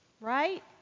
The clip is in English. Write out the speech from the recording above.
right